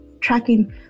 tracking